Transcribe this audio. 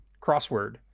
crossword